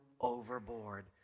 overboard